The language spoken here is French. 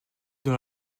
dans